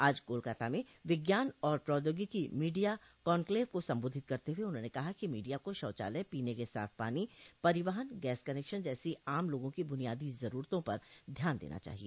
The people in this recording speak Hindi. आज कोलकाता में विज्ञान और प्रौद्योगिकी मीडिया कॉन्क्लेव को संबोधित करते हुए उन्होंने कहा कि मीडिया को शौचालय पीने के साफ पानो परिवहन गैस कनेक्शन जैसी आम लोगों की बुनियादी जरूरतों पर ध्यान देना चाहिए